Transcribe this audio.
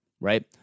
right